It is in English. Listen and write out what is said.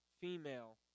female